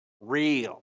real